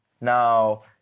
now